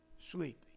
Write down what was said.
sleep